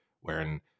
wherein